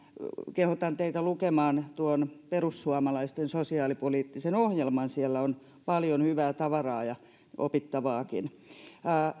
kehotan teitä lukemaan tuon perussuomalaisten sosiaalipoliittisen ohjelman siellä on paljon hyvää tavaraa ja opittavaakin